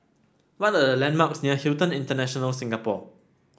what are the landmarks near Hilton International Singapore